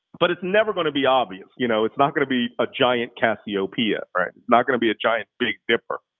but it's never going to be obvious. you know it's not going to be a giant cassiopeia, right? it's not going to be a giant big dipper.